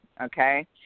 Okay